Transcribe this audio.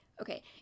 Okay